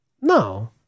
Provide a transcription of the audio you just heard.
No